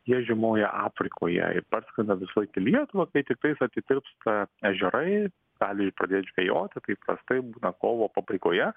jie žiemoja afrikoje ir parskrenda visąlaik į lietuvą kai tiktais atitirpsta ežerai gali pradėt žvejoti tai įprastai būna kovo pabaigoje